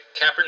Kaepernick